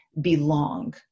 belong